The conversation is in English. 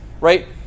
right